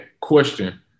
question